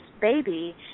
baby